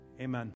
Amen